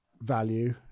value